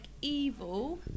evil